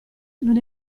non